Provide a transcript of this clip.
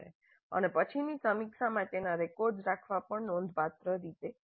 અને પછીની સમીક્ષા માટેના રેકોર્ડ્સ રાખવા પણ નોંધપાત્ર રીતે સરળ